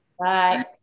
Bye